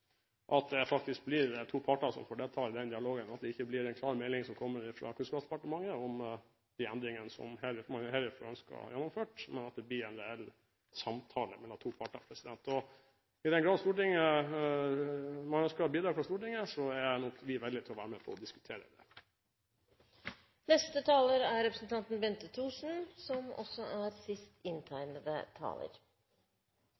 at det faktisk blir to parter som har den dialogen, at det ikke blir en klar melding som kommer fra Kunnskapsdepartementet om de endringene som mange herfra ønsker blir gjennomført, men at det blir en reell samtale mellom to parter. I den grad man skal ha bidrag fra Stortinget, er vi villig til å være med på å diskutere det. Jeg synes dette har vært en veldig god debatt som